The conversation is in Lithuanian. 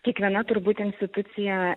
kiekviena turbūt institucija